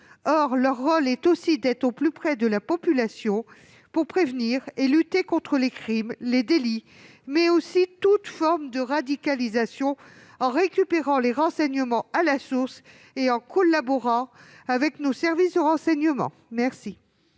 Or leur rôle est aussi de travailler au plus près de la population, pour prévenir et lutter contre les crimes, les délits, mais aussi toute forme de radicalisation, en récupérant les renseignements à la source et en collaborant avec nos services de renseignement.